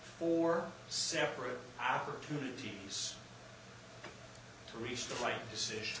are separate opportunities to reach the right decision